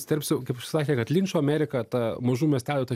įsiterpsiu kaip ir sakė kad linčo amerika ta mažų miestelių ta